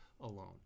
alone